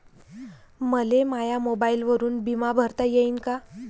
मले माया मोबाईलवरून बिमा भरता येईन का?